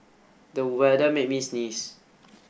the weather made me sneeze